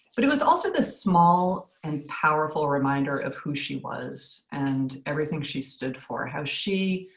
but it was also the small and powerful reminder of who she was and everything she stood for. how she,